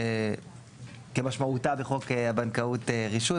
כמשמעותה בחוק בנקאות רישוי,